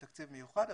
תקציב מיוחד,